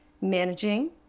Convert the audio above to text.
managing